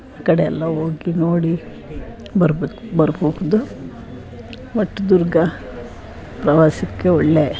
ಆ ಕಡೆ ಎಲ್ಲ ಹೋಗಿ ನೋಡಿ ಬರ್ಬೇಕು ಬರಬಹುದು ಒಟ್ಟು ದುರ್ಗ ಪ್ರವಾಸಕ್ಕೆ ಒಳ್ಳೆಯ